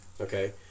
Okay